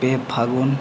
ᱯᱮ ᱯᱷᱟᱹᱜᱩᱱ